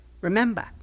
Remember